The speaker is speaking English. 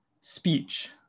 speech